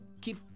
keep